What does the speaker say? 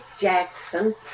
Jackson